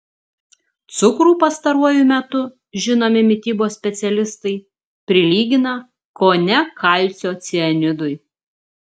cukrų pastaruoju metu žinomi mitybos specialistai prilygina kone kalcio cianidui